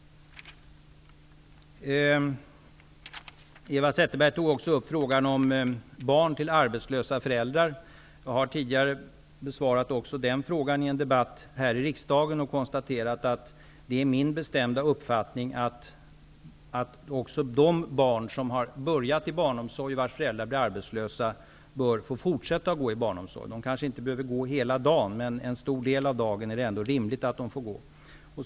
Eva Zetterberg tog också upp frågan om barn till arbetslösa föräldrar. Jag har tidigare i en debatt här i riksdagen besvarat samma fråga. Jag konstaterade då att det är min bestämda uppfattning att också de barn som börjat i barnomsorgen och vars föräldrar blir arbetslösa bör få fortsätta. De behöver kanske inte barnomsorg hela dagen. Men en stor del av dagen är det rimligt att det får sådan.